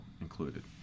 included